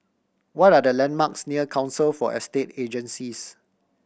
what are the landmarks near Council for Estate Agencies